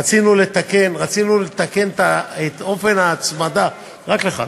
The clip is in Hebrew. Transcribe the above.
רצינו לתקן את אופן ההצמדה, רק לך,